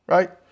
Right